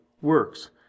works